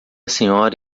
senhora